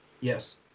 Yes